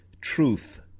truth